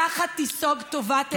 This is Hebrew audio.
ככה תיסוג טובת הילדים.